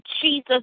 Jesus